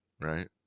right